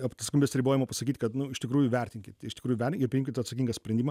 atsakomybės ribojimą pasakyt kad nu iš tikrųjų vertinkit iš tikrųjų vertinkit ir priimkit atsakingą sprendimą